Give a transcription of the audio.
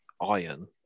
iron